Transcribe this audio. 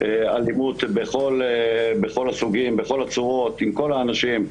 אלימות בכל הסוגים, בכל הצורות, עם כל האנשים,